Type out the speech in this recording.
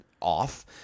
off